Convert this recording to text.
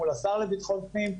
מול השר לביטחון פנים,